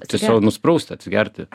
tiesiog nusiprausti atsigerti